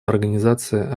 организация